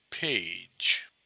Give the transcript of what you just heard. page